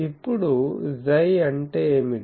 ఇప్పుడు 𝝌 అంటే ఏమిటి